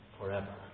forever